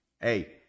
Hey